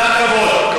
חסר כבוד.